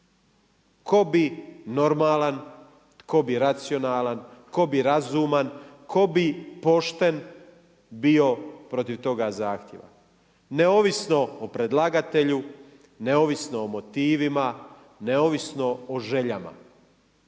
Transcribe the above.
Tko bi normalan, tko bi racionalan, tko bi razuman, tko bi pošten bio protiv toga zahtjeva. Neovisno, o predlagatelju, neovisno o motivima, neovisno o željama.